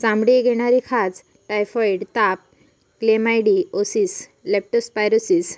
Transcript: चामडीक येणारी खाज, टायफॉइड ताप, क्लेमायडीओसिस, लेप्टो स्पायरोसिस,